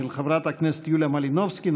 8, של חברת הכנסת יוליה מלינובסקי.